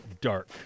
dark